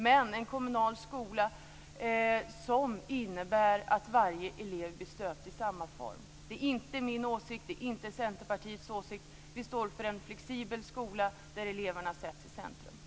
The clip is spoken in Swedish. Men det är en kommunal skola som innebär att varje elev blir stöpt i samma form. Det här är inte min och Centerpartiets åsikt. Vi står för en flexibel skola där eleverna sätts i centrum.